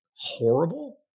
horrible